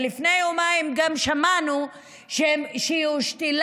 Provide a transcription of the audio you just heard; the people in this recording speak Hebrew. ולפני יומיים גם שמענו שהיא הושתלה